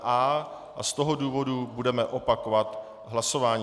A a z toho důvodu budeme opakovat hlasování.